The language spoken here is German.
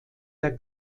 der